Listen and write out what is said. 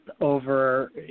over